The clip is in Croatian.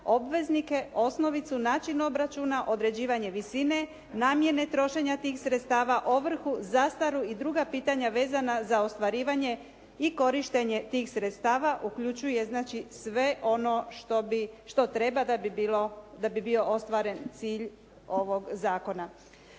obveznike, osnovicu, način obračuna, određivanje visine, namjene trošenja tih sredstava, ovrhu, zastaru i druga pitanja vezana za ostvarivanje i korištenje tih sredstava uključuje znači sve ono što treba da bi bio ostvaren cilj ovoga zakona.